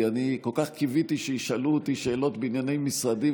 כי אני כל כך קיוויתי שישאלו אותי שאלות בענייני משרדי,